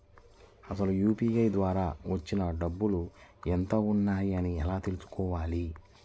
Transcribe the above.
అసలు యూ.పీ.ఐ ద్వార వచ్చిన డబ్బులు ఎంత వున్నాయి అని ఎలా తెలుసుకోవాలి?